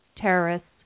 terrorists